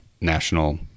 national